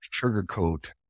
sugarcoat